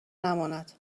نماند